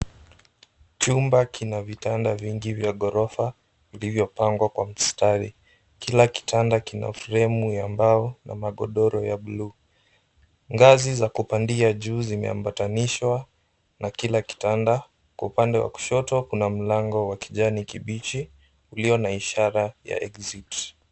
Chumba kina vitanda vingi vya ghorofa vilivyopangwa kwa mstari. Kila kitanda kina fremu ya mbao na magodoro ya bluu. Ngazi za kupandia juu zimeambatanishwa na kila kitanda. Kwa upande wa kushoto kuna mlango wa kijani kibichi iliyo na ishara ya, exit.